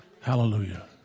Hallelujah